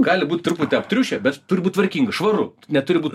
gali būt truputį aptriušę bet turi būt tvarkinga švaru neturi būt